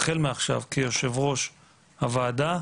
החל מעכשיו כיושב-ראש הוועדה.